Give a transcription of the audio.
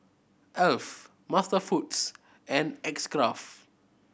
Alf MasterFoods and X Craft